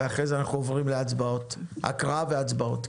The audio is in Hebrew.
ואחרי זה אנחנו עוברים להקראה ולהצבעות.